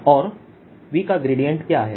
और V का gradient क्या है